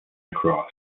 across